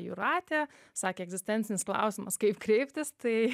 jūratė sakė egzistencinis klausimas kaip kreiptis tai